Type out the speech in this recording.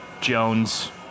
Jones